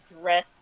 dress